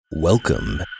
Welcome